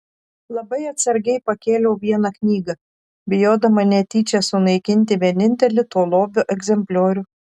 labai atsargiai pakėliau vieną knygą bijodama netyčia sunaikinti vienintelį to lobio egzempliorių